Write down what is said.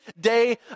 day